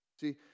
see